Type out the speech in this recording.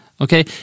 okay